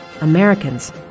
Americans